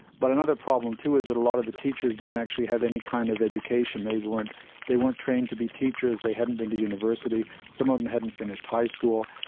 but another problem too is that a lot of the teachers didn't actually have any kind of education. they weren't they weren't trained to be teachers, they hadn't been to university, some of them hadn't finished high school.